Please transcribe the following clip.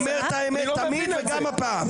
הוא אומר את האמת תמיד וגם הפעם.